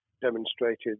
demonstrated